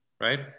right